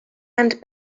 and